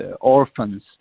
orphans